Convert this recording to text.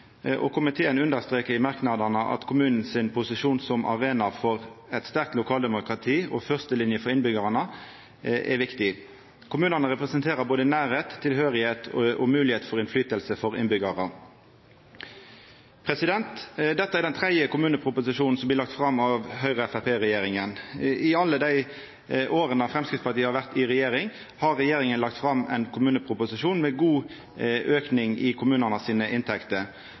I merknadene understrekar komiteen at kommunane sin posisjon som arena for eit sterkt lokaldemokrati og som førstelinje for innbyggjarane er viktig. Kommunane representerer både nærleik, tilhøyrsel og moglegheit for innflytelse for innbyggjarane. Dette er den tredje kommuneproposisjonen som blir lagd fram av Høgre–Framstegsparti-regjeringa. I alle dei åra Framstegspartiet har vore i regjering, har regjeringa lagt fram ein kommuneproposisjon med god auke i kommunane sine inntekter.